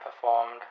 performed